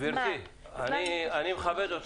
גברתי, אני מכבד אותך,